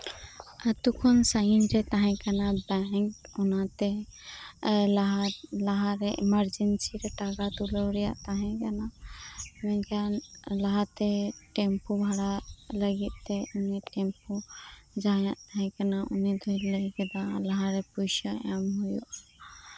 ᱟᱹᱛᱩ ᱠᱷᱚᱱ ᱥᱟᱹᱜᱤᱧ ᱨᱮ ᱛᱟᱸᱦᱮ ᱠᱟᱱᱟ ᱯᱮᱱᱤᱠ ᱚᱱᱟᱛᱮ ᱞᱟᱦᱟᱨᱮ ᱤᱢᱟᱨᱡᱮᱱᱥᱤ ᱨᱮ ᱴᱟᱠᱟ ᱴᱩᱞᱟᱣ ᱨᱮᱱᱟᱜ ᱛᱟᱸᱦᱮ ᱠᱟᱱᱟ ᱢᱮᱱᱠᱷᱟᱱ ᱞᱟᱦᱟᱛᱮ ᱴᱮᱢᱯᱩ ᱵᱷᱟᱲᱟ ᱞᱟᱹᱜᱤᱫ ᱛᱮ ᱴᱮᱢᱯᱩ ᱡᱟᱸᱦᱟᱭᱟᱜ ᱛᱟᱸᱦᱮ ᱠᱟᱱᱟ ᱩᱱᱤ ᱫᱚ ᱞᱟᱦᱟᱨᱮ ᱯᱚᱭᱥᱟ ᱮᱢ ᱦᱩᱭᱩᱜᱼᱟ